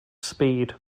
speed